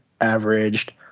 averaged